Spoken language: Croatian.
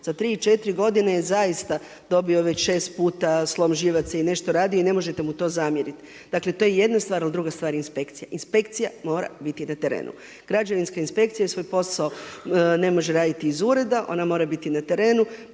četiri godine je zaista dobio već šest puta slom živaca i nešto radi i ne možete mu to zamjeriti. Dakle, to je jedna stvar, a druga stvar je inspekcija. Inspekcija mora biti na terenu. Građevinska inspekcija svoj posao ne može raditi iz ureda, ona mora biti na terenu.